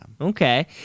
okay